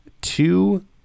Two